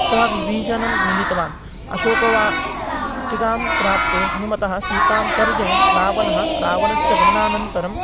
सः विभीषणं मिलितवान् अशोकवाटिकां प्राप्ते हनूमान् सीतां तर्जयन् रावणः रावणस्य गमनानन्तरं